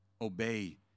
Obey